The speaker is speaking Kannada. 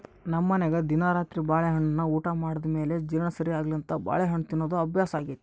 ನಮ್ಮನೆಗ ದಿನಾ ರಾತ್ರಿ ಬಾಳೆಹಣ್ಣನ್ನ ಊಟ ಮಾಡಿದ ಮೇಲೆ ಜೀರ್ಣ ಸರಿಗೆ ಆಗ್ಲೆಂತ ಬಾಳೆಹಣ್ಣು ತಿನ್ನೋದು ಅಭ್ಯಾಸಾಗೆತೆ